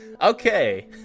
okay